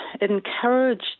encourage